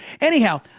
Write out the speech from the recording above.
Anyhow